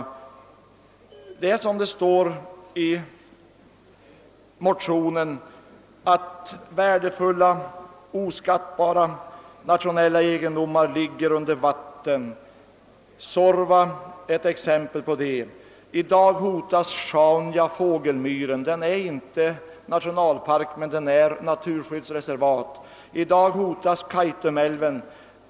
Det förhåller sig så, som det står i motionen, att värdefulla, oskattbara nationella egendomar ligger under vatten. Suorva är ett exempel på det. I dag hotas Sjaunja fågelmyr. Den är inte nationalpark, men den är naturskyddsreservat. I dag hotas även Kaitumälven.